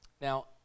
Now